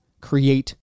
create